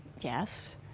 Yes